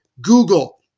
Google